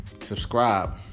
subscribe